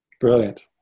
Brilliant